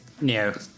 No